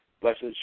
Blessed